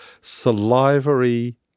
salivary